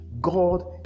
God